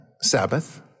Sabbath